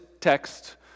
text